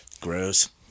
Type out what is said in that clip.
Gross